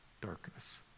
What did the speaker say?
darkness